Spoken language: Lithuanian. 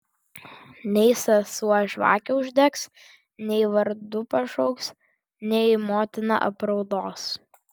nei sesuo žvakę uždegs nei vardu pašauks nei motina apraudos